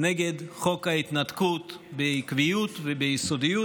נגד חוק ההתנתקות בעקביות וביסודיות,